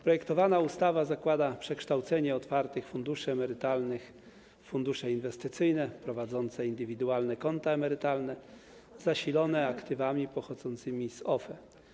Projektowana ustawa zakłada przekształcenie otwartych funduszy emerytalnych w fundusze inwestycyjne prowadzące indywidualne konta emerytalne zasilone aktywami pochodzącymi z OFE.